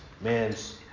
man's